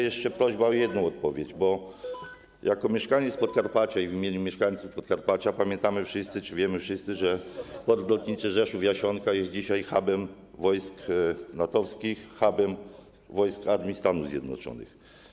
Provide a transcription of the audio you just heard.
Jeszcze prośba o jedną odpowiedź, bo jako mieszkaniec Podkarpacia i w imieniu mieszkańców Podkarpacia chcę powiedzieć, że pamiętamy wszyscy czy wiemy wszyscy, że port lotniczy Rzeszów-Jasionka jest dzisiaj hubem wojsk NATO-wskich, hubem wojsk armii Stanów Zjednoczonych.